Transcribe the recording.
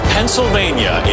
Pennsylvania